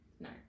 No